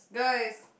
guys